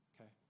okay